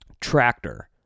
tractor